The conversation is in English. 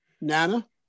Nana